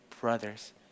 brothers